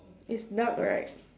it's not right